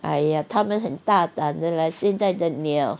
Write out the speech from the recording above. !aiya! 他们很大胆的啦现在的鸟